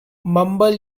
mumble